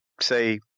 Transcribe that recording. say